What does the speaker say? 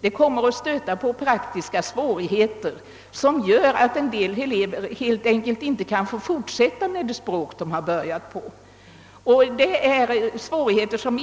Det kommer att stöta på praktiska svårigheter; en del elever kommer helt enkelt inte att kunna få fortsätta med det språk som de har börjat med. Sådana svårigheter skall